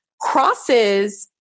crosses